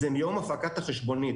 זה מיום הפקת החשבונית.